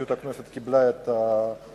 שנשיאות הכנסת קיבלה את הנושא.